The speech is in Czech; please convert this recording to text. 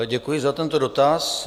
Děkuji za tento dotaz.